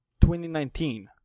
2019